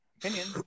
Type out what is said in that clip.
Opinion